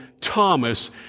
Thomas